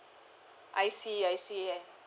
I see I see